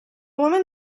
woman